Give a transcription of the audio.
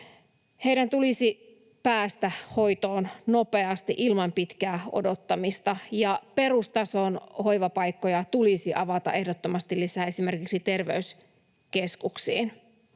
Heidän tulisi päästä hoitoon nopeasti ilman pitkää odottamista, ja perustason hoivapaikkoja tulisi avata ehdottomasti lisää esimerkiksi terveyskeskuksiin.